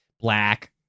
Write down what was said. Black